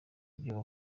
ibyo